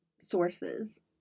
sources